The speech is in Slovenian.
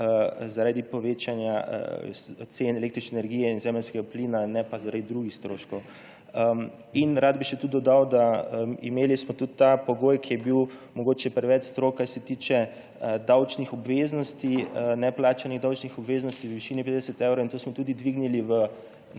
zaradi povečanja cen električne energije in zemeljskega plina, ne pa zaradi drugih stroškov. Rad bi še to dodal, da smo imeli tudi ta pogoj, ki je bil mogoče preveč strog, kar se tiče neplačanih davčnih obveznosti v višini 50 evrov, in to smo dvignili